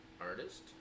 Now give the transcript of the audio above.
Artist